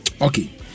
okay